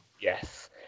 Yes